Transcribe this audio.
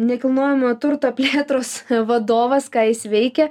nekilnojamojo turto plėtros vadovas ką jis veikia